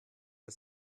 für